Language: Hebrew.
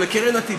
או לקרן עתידית,